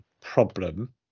problem